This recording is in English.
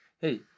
hey